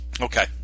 Okay